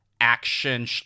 action